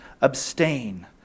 Abstain